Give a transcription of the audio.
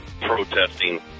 protesting